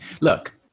look